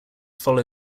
follow